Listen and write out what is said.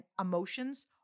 emotions